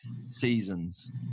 seasons